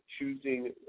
choosing